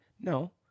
No